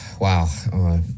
Wow